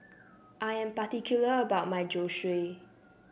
I am particular about my Zosui